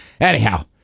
Anyhow